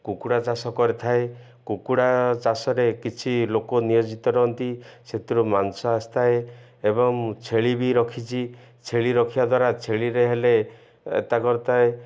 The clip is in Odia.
କୁକୁଡ଼ା ଚାଷ କରିଥାଏ କୁକୁଡ଼ା ଚାଷରେ କିଛି ଲୋକ ନିୟୋଜିତ ରହନ୍ତି ସେଥିରୁ ମାଂସ ଆସିଥାଏ ଏବଂ ଛେଳି ବି ରଖିଛି ଛେଳି ରଖିବା ଦ୍ୱାରା ଛେଳିରେ ହେଲେ ଏତା କରିଥାଏ